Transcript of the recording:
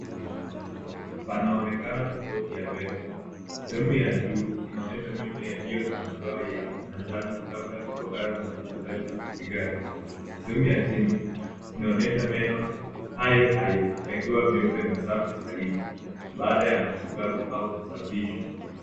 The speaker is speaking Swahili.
Panaonekana tofauti ya meno. Sehemu ya juu inaonyesha meno yaliyo na madoa ya manjano labda kutokana na uvutaji sigara. Sehemu ya chini inaonyesha meno hayo hayo yakiwa meupe na safi zaidi baada ya matibabu au kusafishwa.